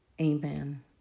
Amen